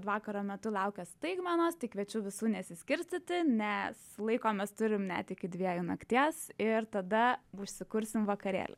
vakaro metu laukia staigmenos tai kviečiu visų nesiskirstyti nes laiko mes turime net iki dviejų nakties ir tada užsikursim vakarėlį